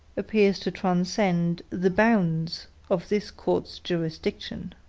appears to transcend the bounds of this court's jurisdiction.